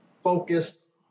focused